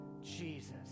Jesus